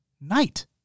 night